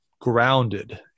grounded